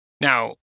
Now